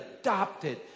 adopted